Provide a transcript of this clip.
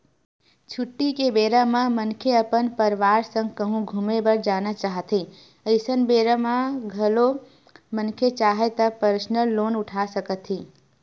छुट्टी के बेरा म मनखे अपन परवार संग कहूँ घूमे बर जाना चाहथें अइसन बेरा म घलोक मनखे चाहय त परसनल लोन उठा सकत हे